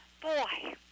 Boy